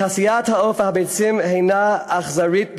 תעשיית העוף והביצים הנה אכזרית ביותר,